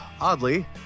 oddly